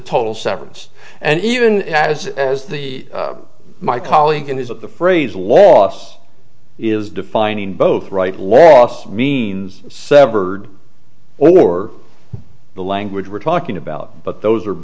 severance and even as as the my colleague in his of the phrase loss is defining both right loss means severed or the language we're talking about but those are